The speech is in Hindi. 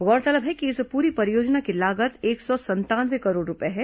गौरतलब है कि इस पूरी परियोजना की लागत एक सौ संतानवे करोड़ रूपये है